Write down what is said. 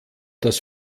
dass